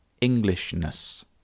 Englishness